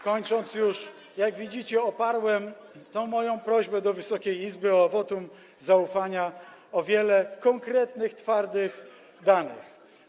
Kończąc już, jak widzicie, oparłem tę moją prośbę do Wysokiej Izby o wotum zaufania na wielu konkretnych, twardych danych.